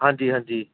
ਹਾਂਜੀ ਹਾਂਜੀ